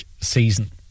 season